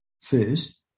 first